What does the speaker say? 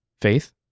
faith